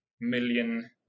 million